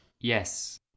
yes